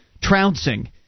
trouncing